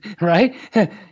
right